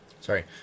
sorry